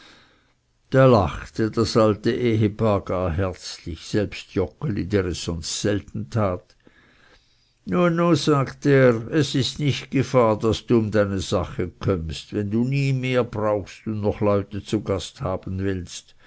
da lachte das alte ehepaar gar herzlich selbst joggeli der es sonst selten tat nu nu sagte er es ist nicht gefahr daß du um deine sache kömmst wenn du nie mehr brauchst und noch leute zu gast haben willst